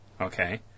Okay